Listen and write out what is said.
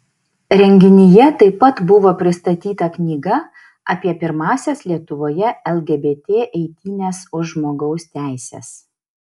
renginyje taip pat buvo pristatyta knyga apie pirmąsias lietuvoje lgbt eitynes už žmogaus teises